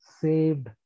saved